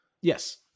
Yes